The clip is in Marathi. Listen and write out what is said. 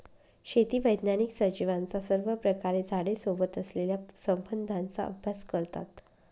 शेती वैज्ञानिक सजीवांचा सर्वप्रकारे झाडे सोबत असलेल्या संबंधाचा अभ्यास करतात